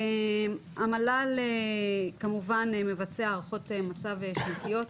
המל"ל מבצע הערכות מצב שנתיות.